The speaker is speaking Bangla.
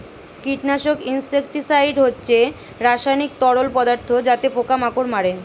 কীটনাশক ইনসেক্টিসাইড হচ্ছে রাসায়নিক তরল পদার্থ যাতে পোকা মাকড় মারে